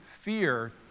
fear